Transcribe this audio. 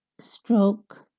stroke